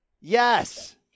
Yes